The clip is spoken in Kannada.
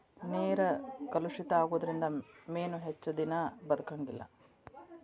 ನೇರ ಕಲುಷಿತ ಆಗುದರಿಂದ ಮೇನು ಹೆಚ್ಚದಿನಾ ಬದಕಂಗಿಲ್ಲಾ